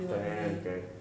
can can